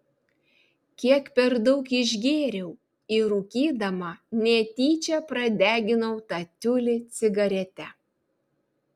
kiek per daug išgėriau ir rūkydama netyčia pradeginau tą tiulį cigarete